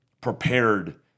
prepared